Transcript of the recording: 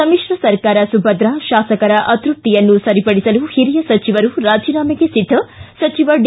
ಸಮಿತ್ರ ಸರ್ಕಾರ ಸುಭದ್ರ ತಾಸಕರ ಅತ್ಯಪ್ತಿಯನ್ನು ಸರಿಪಡಿಸಲು ಹಿರಿಯ ಸಚಿವರು ರಾಜೀನಾಮೆಗೆ ಸಿದ್ದ ಸಚಿವ ಡಿ